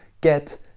get